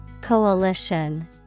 Coalition